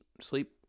sleep